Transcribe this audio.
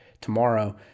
tomorrow